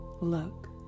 Look